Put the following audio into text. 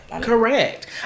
Correct